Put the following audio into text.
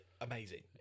Amazing